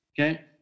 Okay